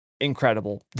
incredible